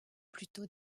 plutôt